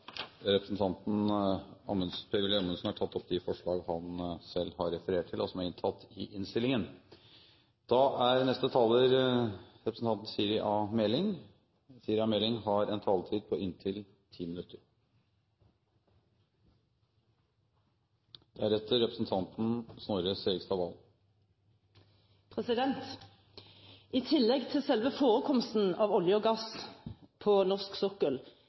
Representanten Per-Willy Amundsen har tatt opp de forslag han refererte til. I tillegg til selve forekomstene av olje og gass på norsk sokkel